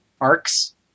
arcs